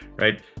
Right